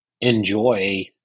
enjoy